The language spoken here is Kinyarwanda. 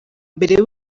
mbere